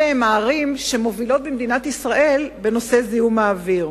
הרי אלה הערים המובילות במדינת ישראל בזיהום אוויר.